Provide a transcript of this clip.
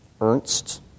Ernst